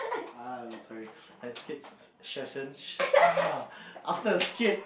um sorry as kids session ah after a skit